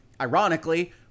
ironically